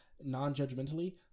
non-judgmentally